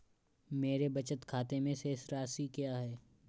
मेरे बचत खाते में शेष राशि क्या है?